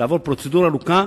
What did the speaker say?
לעבור פרוצדורה ארוכה,